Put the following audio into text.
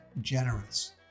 generous